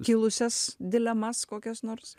kilusias dilemas kokias nors